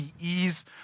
ease